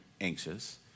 anxious